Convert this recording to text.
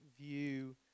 view